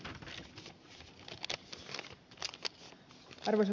arvoisa puhemies